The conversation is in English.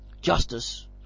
Justice